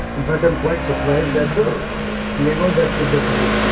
in fact, i'm quite surprised at the flavour depth of the curry.